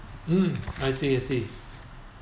mm I see I see